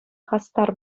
хастар